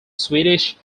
swedish